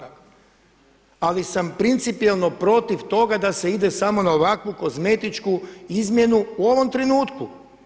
Ali sam principijelno protiv toga da se ide samo na ovakvu kozmetičku izmjenu u ovom trenutku.